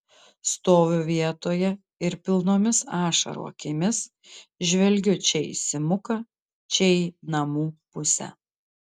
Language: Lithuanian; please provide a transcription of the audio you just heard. stoviu vietoje ir pilnomis ašarų akimis žvelgiu čia į simuką čia į namų pusę